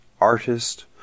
artist